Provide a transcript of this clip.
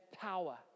power